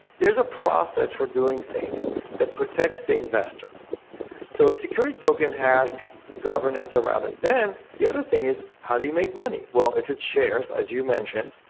there's a process for doing things that protects the investor so a security token has governance around it. then the other thing is how do you make money? well, if it's shares as you mentioned,